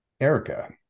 Erica